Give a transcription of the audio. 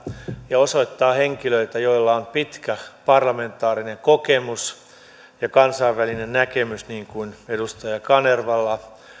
ja osoittaa henkilöitä joilla on pitkä parlamentaarinen kokemus ja kansainvälinen näkemys niin kuin edustaja kanervalla